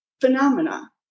phenomena